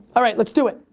alright let's do it.